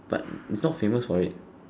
but is not famous for it